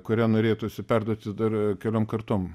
kurią norėtųsi perduoti dar keliom kartom